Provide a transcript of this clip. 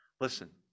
Listen